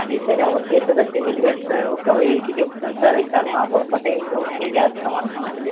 అదే సార్ ఎవరు చేశారో తెలియదు కదా సార్ ఒక వెలికి చెప్తాను సార్ ఈ సారి మా పొరపాటు అయ్యింది కాబట్టి మేము చేస్తాము అంటున్నాం సార్